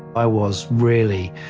i was really